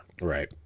right